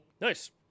Nice